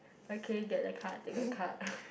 okay get a card take the card